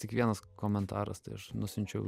tik vienas komentaras tai aš nusiunčiau